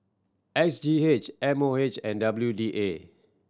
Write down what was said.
S G X M O H and W D A